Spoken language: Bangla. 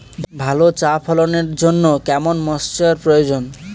ভালো চা ফলনের জন্য কেরম ময়স্চার প্রয়োজন?